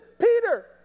Peter